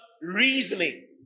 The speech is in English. reasoning